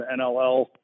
NLL